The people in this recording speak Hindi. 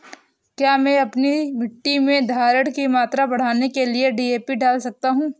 क्या मैं अपनी मिट्टी में धारण की मात्रा बढ़ाने के लिए डी.ए.पी डाल सकता हूँ?